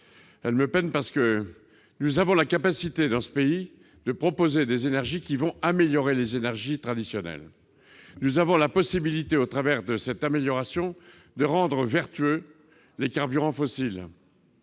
me peine terriblement. Nous avons la capacité, dans ce pays, de proposer des énergies qui vont améliorer les énergies traditionnelles. Nous avons la possibilité, au travers de cette amélioration, de rendre les carburants fossiles